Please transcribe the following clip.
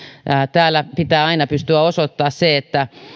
täällä pitää aina pystyä osoittamaan se että